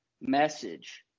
message